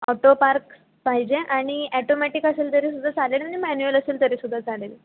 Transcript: auto park पाहिजे आणि automatic असेल तरी सुद्धा चालेल आणि मॅन्युअल असेल तरी सुद्धा चालेल